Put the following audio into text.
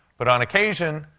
but on occasion,